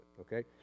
Okay